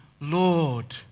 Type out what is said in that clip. Lord